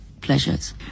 pleasures